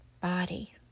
body